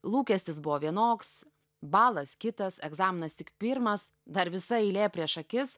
lūkestis buvo vienoks balas kitas egzaminas tik pirmas dar visa eilė prieš akis